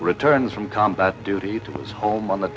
returns from combat duty to his home on the